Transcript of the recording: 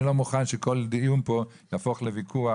אני לא מוכן שכל דיון כאן יהפוך לוויכוח,